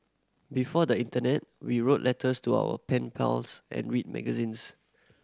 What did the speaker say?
before the internet we wrote letters to our pen pals and read magazines